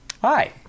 Hi